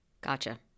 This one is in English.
Gotcha